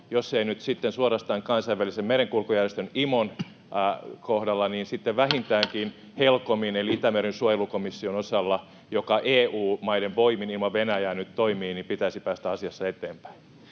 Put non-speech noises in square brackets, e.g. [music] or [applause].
jos ei nyt sitten suorastaan Kansainvälisen merenkulkujärjestön IMOn kohdalla, [noise] niin sitten vähintäänkin HELCOMin eli Itämeren suojelukomission osalta, joka EU-maiden voimin ilman Venäjää nyt toimii — on se, miten pitäisi päästä asiassa eteenpäin.